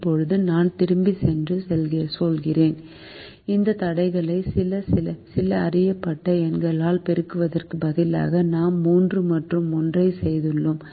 இப்போது நான் திரும்பிச் சென்று சொல்கிறேன் இந்த தடைகளை சில அறியப்பட்ட எண்களால் பெருக்குவதற்கு பதிலாக நாம் 3 மற்றும் 1 ஐ செய்தோம்